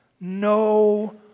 No